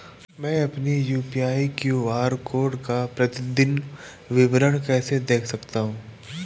मैं अपनी UPI QR code का प्रतीदीन विवरण कैसे देख सकता हूँ?